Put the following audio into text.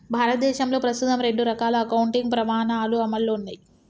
భారతదేశంలో ప్రస్తుతం రెండు రకాల అకౌంటింగ్ ప్రమాణాలు అమల్లో ఉన్నయ్